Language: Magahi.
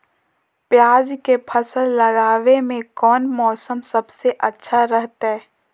प्याज के फसल लगावे में कौन मौसम सबसे अच्छा रहतय?